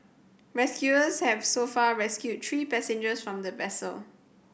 rescuers have so far rescued three passengers from the vessel